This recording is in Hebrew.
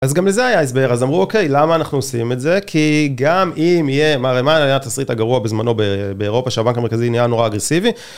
אז גם לזה היה הסביר, אז אמרו אוקיי, למה אנחנו עושים את זה? כי גם אם יהיה מערימה לעניין התסריט הגרוע בזמנו באירופה, שהבנק המרכזי נהיה נורא אגרסיבי,